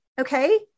Okay